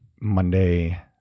Monday